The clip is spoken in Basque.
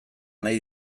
nahi